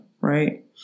right